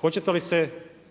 Hoćete li se